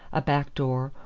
a backdoor,